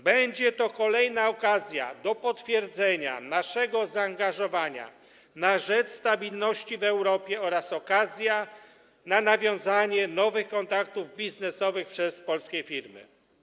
Będzie to kolejna okazja do potwierdzenia naszego zaangażowania na rzecz stabilności w Europie oraz do nawiązania nowych kontaktów biznesowych przez polskie firmy.